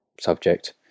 subject